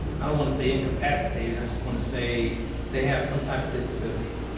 i don't want to say incapacitated, i just want to say they have some type of disability.